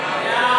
נגד?